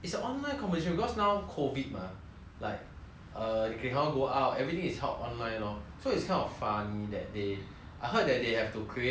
err they cannot go out so everything is held online lor so it's kind of funny that day I heard that they have to create a zoom room err where like